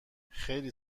خیلی